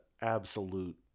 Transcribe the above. Absolute